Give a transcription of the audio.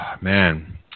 Man